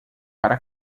para